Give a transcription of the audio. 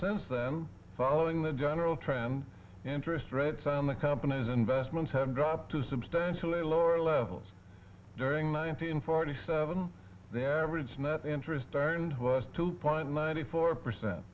since then following the general trend interest rates on the company's investments have dropped to substantially lower levels during nineteen forty seven the average net interest earned two point ninety four percent